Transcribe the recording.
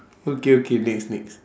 okay okay next next